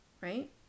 right